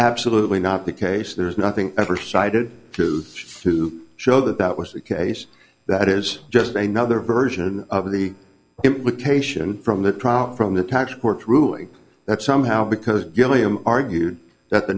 absolutely not the case there's nothing ever cited to show that that was the case that is just another version of the implication from the trial from the tax court ruling that somehow because gilliam argued that the